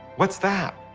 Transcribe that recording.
what's that?